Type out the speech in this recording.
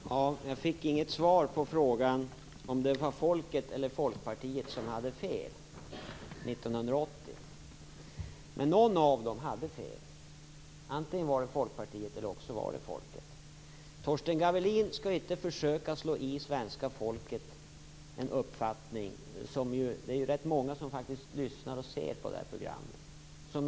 Fru talman! Jag fick inget svar på frågan om det var folket eller Folkpartiet som hade fel 1980. Men någon av dem hade fel, antingen var det Folkpartiet eller också var det folket. Torsten Gavelin skall inte försöka slå i svenska folket en uppfattning som strider mot det de vet. Det är faktiskt rätt många som lyssnar och ser på den här debatten.